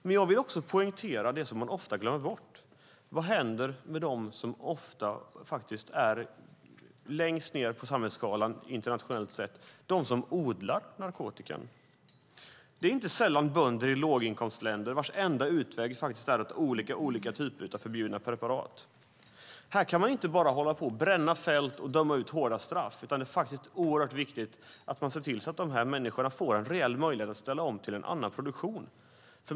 Men jag vill också poängtera det som man ofta glömmer bort: Vad händer med dem som faktiskt ofta är längst ned på samhällsskalan, de som odlar narkotikan? Det är inte sällan bönder i låginkomstländer vars enda utväg är att odla olika typer av förbjudna preparat. Här kan man inte bara hålla på med att bränna fält och döma ut hårda straff, utan det är oerhört viktigt att se till att dessa människor får reella möjligheter att ställa om till en annan produktion.